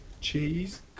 Cheese